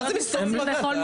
מה זה להסתובב בגן?